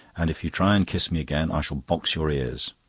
and if you try and kiss me again i shall box your ears.